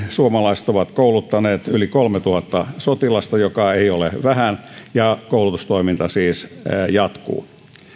suomalaiset ovat kouluttaneet yli kolmetuhatta sotilasta joka ei ole vähän ja koulutustoiminta siis jatkuu